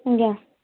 ଆଜ୍ଞା